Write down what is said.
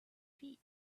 feet